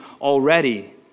already